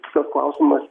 tiesiog klausimas